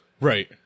Right